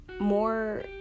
more